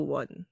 one